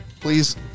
Please